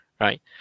right